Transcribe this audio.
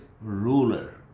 ruler